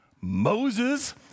Moses